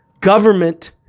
Government